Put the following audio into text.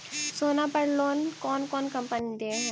सोना पर लोन कौन कौन कंपनी दे है?